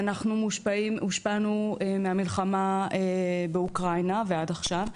אנחנו הושפענו מהמלחמה באוקראינה ועד עכשיו,